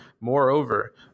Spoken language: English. Moreover